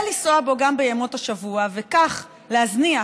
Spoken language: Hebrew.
ולנסוע בו גם בימות השבוע וכך להזניח